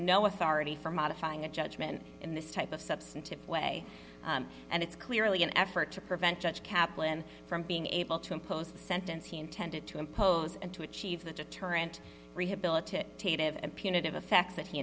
no authority for modifying a judgment in this type of substantive way and it's clearly an effort to prevent judge kaplan from being able to impose sentence he intended to impose and to achieve the deterrent rehabilitate and punitive effects that he